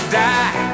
die